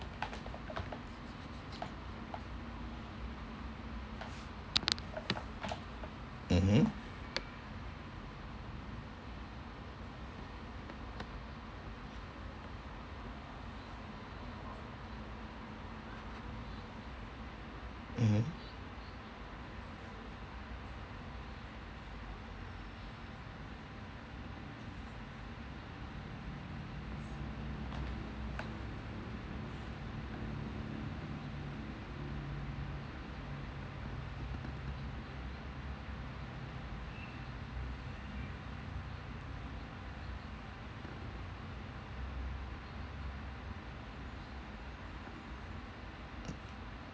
mmhmm mmhmm